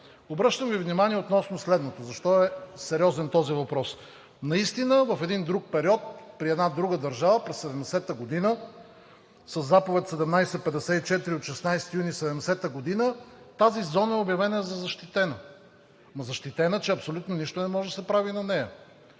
Обръщам Ви внимание относно следното: защо е сериозен този въпрос? Наистина в един друг период, при една друга държава през 70-а година със Заповед № 1754 от 16 юни 1970 г. тази зона е обявена за защитена, но защитена, че абсолютно нищо не може да се прави на нея.